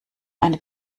eine